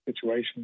situation